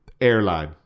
airline